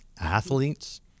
athletes